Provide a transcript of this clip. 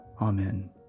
Amen